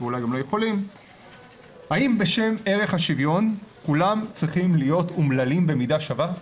האם בשם ערך השוויון כולם צריכים להיות אומללים במידה שווה?